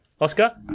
Oscar